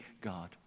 God